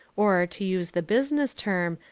or, to use the business term,